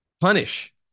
punish